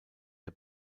der